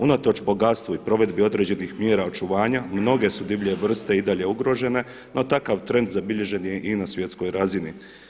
Unatoč bogatstvu i provedbi određenih mjera očuvanja mnoge su divlje vrste i dalje ugrožene no takav trend zabilježen je i na svjetskoj razini.